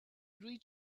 three